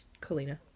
Kalina